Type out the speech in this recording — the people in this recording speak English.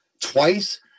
twice